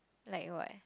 like what